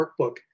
workbook